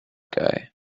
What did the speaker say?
guy